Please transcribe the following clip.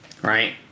Right